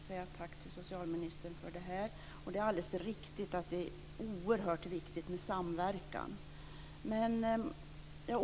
Fru talman! Jag vill säga tack till socialministern för detta. Det är riktigt att det är oerhört viktigt med samverkan.